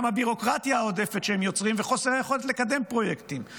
אלא גם הביורוקרטיה העודפת שהם יוצרים וחוסר היכולת לקדם פרויקטים,